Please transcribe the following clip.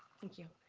thank you,